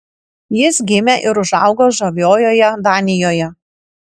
jis gimė ir užaugo žaviojoje danijoje